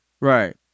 right